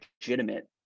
legitimate